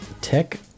tech